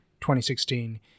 2016